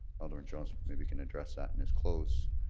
alderman jones maybe can address that in his close.